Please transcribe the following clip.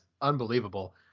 unbelievable